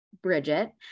Bridget